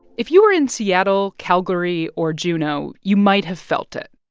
if you were in seattle, calgary or juneau, you might have felt it.